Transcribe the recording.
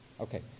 okay